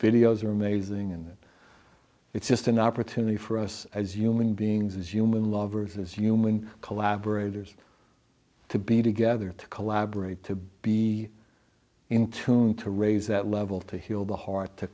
videos are amazing and it's just an opportunity for us as human beings as human lovers as human collaborators to be together to collaborate to be in tune to raise that level to heal the heart to